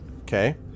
Okay